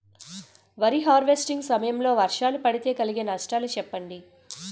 వరి హార్వెస్టింగ్ సమయం లో వర్షాలు పడితే కలిగే నష్టాలు చెప్పండి?